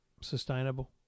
sustainable